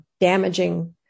damaging